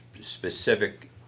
specific